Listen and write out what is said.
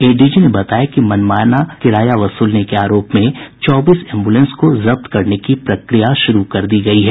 ADG ने बताया कि मनमाना किराया वसूलने के आरोप में चौबीस एम्बूलेंस को जब्त करने की प्रक्रिया शुरू कर दी गयी है